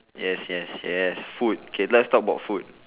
yes yes yes food K let's talk about food